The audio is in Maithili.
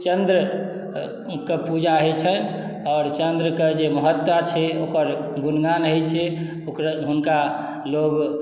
चन्द्र के पूजा होइ छनि आओर चन्द्र के जे महत्ता छै ओकर गुणगान होइ छै हुनका लोग